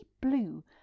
blue